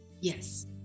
Yes